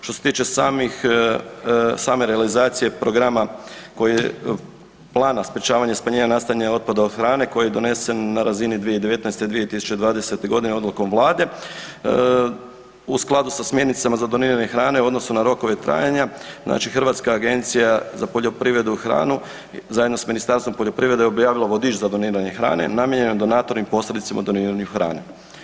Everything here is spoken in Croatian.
Što se tiče samih, same realizacije programa koje, plana sprječavanja i smanjenja nastajanja otpada od hrane koji je donesen na razini 2019. – 2020. godine odlukom Vlade u skladu sa smjernicama za doniranje hrane u odnosu na rokove trajanja znači Hrvatska agencija za poljoprivredu i hranu zajedno s Ministarstvom poljoprivrede je objavila vodič za doniranje hrane namijenjen donatorima i posrednicima u doniranju hrane.